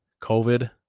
COVID